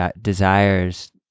desires